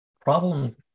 problem